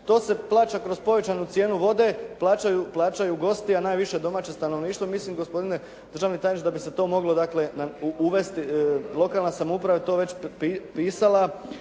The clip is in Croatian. To se plaća kroz povećanu cijenu vode, plaćaju gosti a najviše domaće stanovništvo. Mislim gospodine državni tajniče da bi se to moglo uvesti, lokalna samouprava je to već pisala